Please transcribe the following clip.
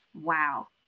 wow